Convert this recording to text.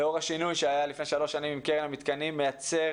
השינוי שהיה לפני שלוש שנים בקרן המתקנים מייצר